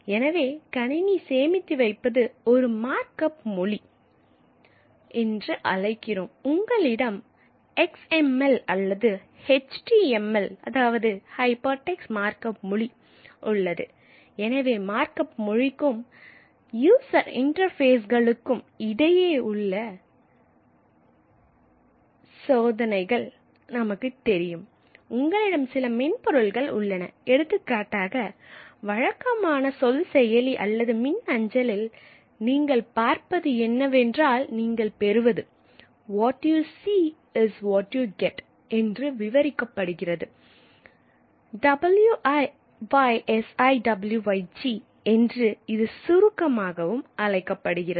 எனவே கணினி சேமித்து வைப்பது ஒரு மார்க் அப் மொழி அழைக்கப்படுகிறது